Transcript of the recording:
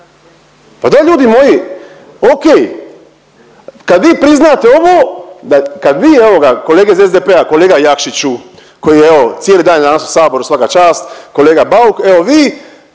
Pa daj ljudi moji ok, kad vi priznate ovo, kad vi evoga kolege iz SDP-a, kolega Jakišć koji je evo cijeli dan je danas u saboru, svaka čast. Kolega Bauk, evo vi